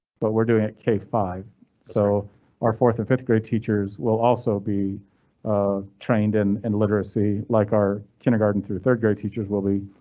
but we're doing it. k five so our fourth and fifth grade teachers will also be um trained and and literacy like our kindergarten through third grade teachers will be.